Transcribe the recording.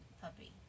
Puppy